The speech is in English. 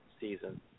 season